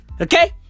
Okay